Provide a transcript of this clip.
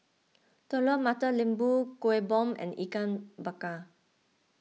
Telur Mata Lembu Kuih Bom and Ikan Bakar